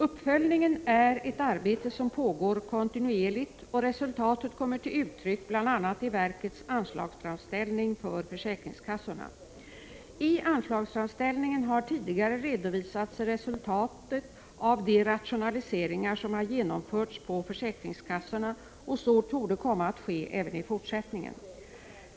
Uppföljningen är ett arbete som pågår kontinuerligt, och resultatet kommer till uttryck bl.a. i verkets anslagsframställning för försäkringskassorna. I anslagsframställningen har tidigare redovisats resultatet av de rationaliseringar som har genomförts på försäkringskassorna, och så torde komma att ske även i fortsättningen.